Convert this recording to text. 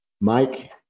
Mike